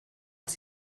els